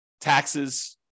taxes